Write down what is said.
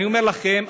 אני אומר לכם,